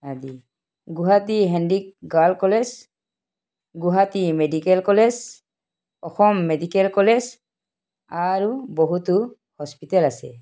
আদি Guwahati Handique girls college Guwahati medical college Assam medical college আৰু বহুতো হস্পিটেল আছে